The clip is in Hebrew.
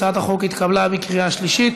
החוק התקבל בקריאה שלישית